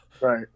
right